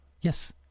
yes